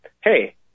hey